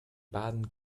baden